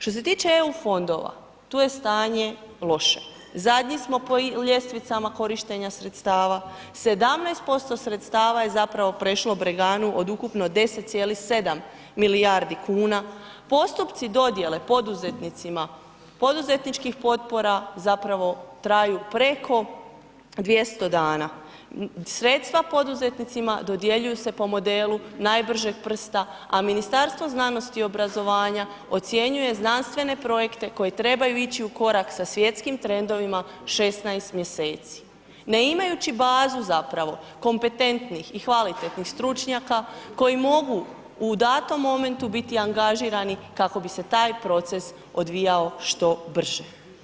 Što se tiče EU fondova, tu je stanje loše, zadnji smo po ljestvicama korištenja sredstava, 17% sredstava je zapravo prešlo Breganu od ukupno 10,7 milijardi kuna, postupci dodjele poduzetnicima poduzetničkih potpora zapravo traju preko 200 dana, sredstva poduzetnicima dodjeljuju se po modelu najbržeg prsta, a Ministarstvo znanosti i obrazovanja ocjenjuje znanstvene projekte koji trebaju ići u korak sa svjetskim trendovima, 16 mjeseci ne imajući bazu zapravo kompetentnih i kvalitetnih stručnjaka koji mogu u datom momentu biti angažirani kako bi se taj proces odvijao što brže.